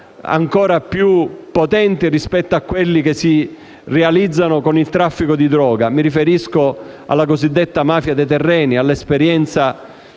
ancora più consistenti di quelli che si realizzano con il traffico di deroga. Mi riferisco alle cosiddette mafie dei terreni - si pensi all'esperienza